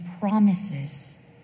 promises